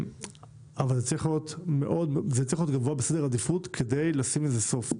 זה צריך להיות במקום גבוה בסדר העדיפות כדי לשים לזה סוף.